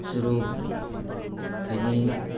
ꯆꯨꯔꯨꯞ ꯈꯩꯅꯤ